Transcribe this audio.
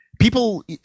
people